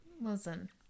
Listen